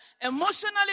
Emotionally